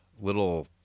little